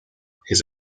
his